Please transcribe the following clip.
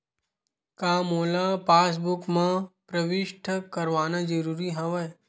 का मोला पासबुक म प्रविष्ट करवाना ज़रूरी हवय?